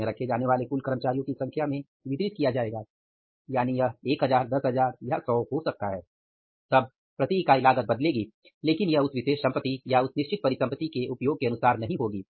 इसमें रखे जाने वाले कुल कर्मचारियों की संख्या में वितरित किया जाएगा यानी यह 1000 10000 या 100 या हजार हो सकता है तब प्रति इकाई लागत बदलेगी लेकिन यह उस विशेष संपत्ति या उस निश्चित परिसंपत्ति के उपयोग के अनुसार नहीं होगी